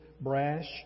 brash